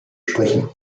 sprechen